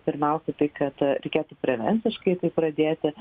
pirmiausia tai kad reikėtų prevenciškai tai pradėti